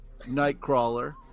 Nightcrawler